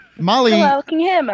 Molly